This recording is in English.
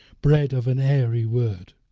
bred of an airy word,